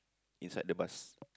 inside the bus